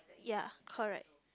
ya correct